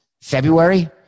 February